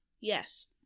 Yes